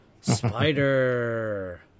Spider